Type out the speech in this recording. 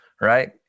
right